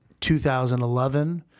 2011